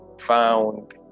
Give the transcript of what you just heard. found